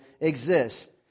exists